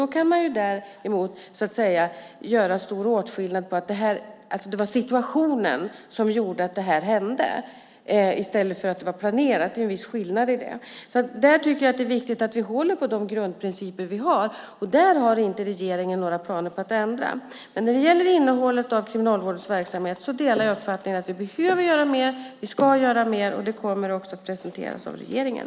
Då kan man göra en stor åtskillnad och säga att det var situationen som gjorde att detta hände i stället för att säga att det var planerat. Det är en viss skillnad i det. Där tycker jag att det är viktigt att vi håller på de grundprinciper som vi har. Där har regeringen inte några planer på att göra ändringar. Men när det gäller innehållet i Kriminalvårdens verksamhet delar jag uppfattningen att vi behöver göra mer och att vi ska göra mer. Det kommer också att presenteras av regeringen.